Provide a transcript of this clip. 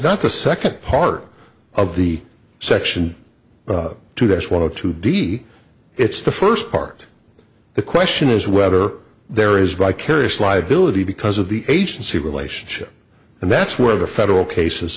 not the second part of the section two that's one of two d it's the first part of the question is whether there is vicarious liability because of the agency relationship and that's where the federal cases